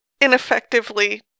Ineffectively